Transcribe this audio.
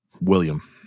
William